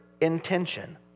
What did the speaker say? intention